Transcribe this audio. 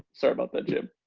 sorry about the gym.